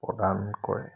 প্ৰদান কৰে